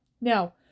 now